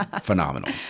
phenomenal